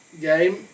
game